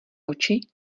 oči